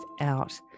out